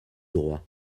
droit